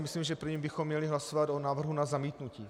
Myslím, že první bychom měli hlasovat o návrhu na zamítnutí.